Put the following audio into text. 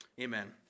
Amen